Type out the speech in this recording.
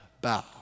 bow